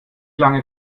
lange